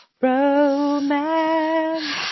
Romance